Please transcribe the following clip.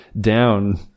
down